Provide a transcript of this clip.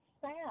sad